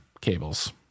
cables